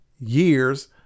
years